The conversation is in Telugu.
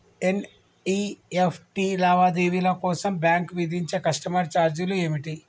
ఎన్.ఇ.ఎఫ్.టి లావాదేవీల కోసం బ్యాంక్ విధించే కస్టమర్ ఛార్జీలు ఏమిటి?